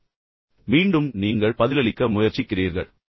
எனவே மீண்டும் நீங்கள் பதிலளிக்க முயற்சிக்கிறீர்கள்